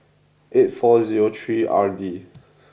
eight four zero three R D